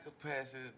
capacity